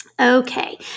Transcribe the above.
Okay